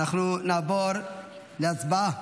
אנחנו נעבור להצבעה,